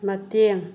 ꯃꯇꯦꯡ